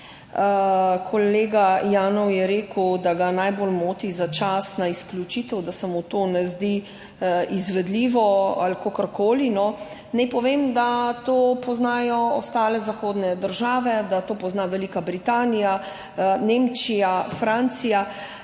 Kolega Janev je rekel, da ga najbolj moti začasna izključitev, da se mu to ne zdi izvedljivo ali kakorkoli, no. Naj povem, da to poznajo ostale zahodne države, da to poznajo Velika Britanija, Nemčija, Francija.